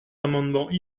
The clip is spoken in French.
amendements